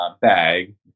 bag